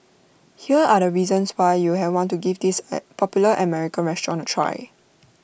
here are the reasons why you have want to give this popular American restaurant A try